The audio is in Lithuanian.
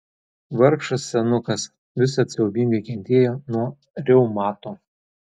vargšas senukas visad siaubingai kentėjo nuo reumato